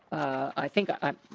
i think i